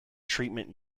treatment